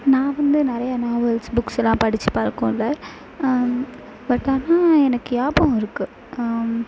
நான் வந்து நிறைய நாவல்ஸ் புக்ஸலாம் படிச்சு பழக்கம் இல்லை பட் ஆனால் எனக்கு நியாபகம் இருக்கு